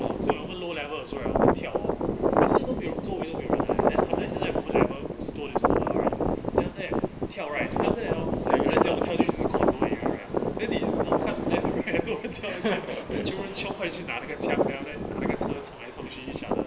so 我们 low level also right 我们跳也是都没有做 either way then after 现在 low level storm is alright then after that 跳 right so then after that hor 你看 left right 很多人跳进去 then children chiong 快起那个枪 miao 呢把那个车冲来冲去 each other